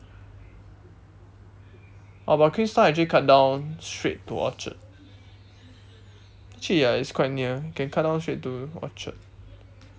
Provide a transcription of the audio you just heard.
oh but queenstown actually cut down straight to orchard actually ya it's quite near you can cut down straight to orchard